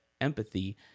empathy